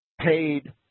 paid